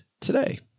today